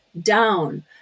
down